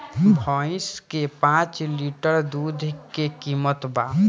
भईस के पांच लीटर दुध के कीमत का बा?